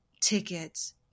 tickets